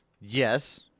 Yes